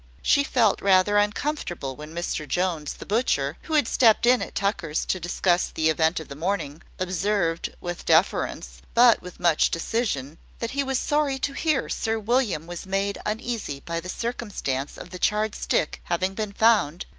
she felt rather uncomfortable when mr jones, the butcher, who had stepped in at tucker's to discuss the event of the morning, observed, with deference, but with much decision, that he was sorry to hear sir william was made uneasy by the circumstance of the charred stick having been found,